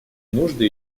нужды